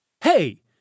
Hey